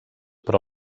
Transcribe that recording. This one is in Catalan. però